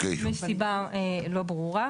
מסיבה לא ברורה.